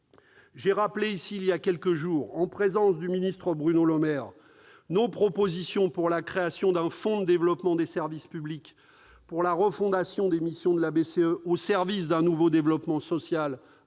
J'ai rappelé ici il y a quelques jours, en présence du ministre Bruno Le Maire, nos propositions pour la création d'un fonds de développement des services publics et pour la refondation des missions de la Banque centrale européenne au service d'un nouveau développement social,